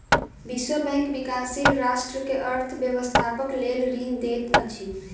विश्व बैंक विकाशील राष्ट्र के अर्थ व्यवस्थाक लेल ऋण दैत अछि